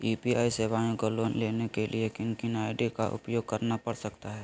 UPI सेवाएं को लाने के लिए किन किन आई.डी का उपयोग करना पड़ सकता है?